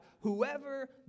whoever